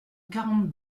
quarante